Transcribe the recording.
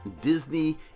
Disney